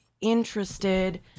interested